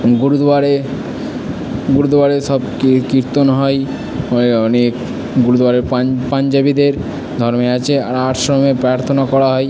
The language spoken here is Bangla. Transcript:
গুরুদুয়ারে গুরুদুয়ারে সব কীর্তন হয় হয় অনেক গুরুদুয়ারে পাঞ্জাবিদের ধর্মে আছে আর আশ্রমে প্রার্থনা করা হয়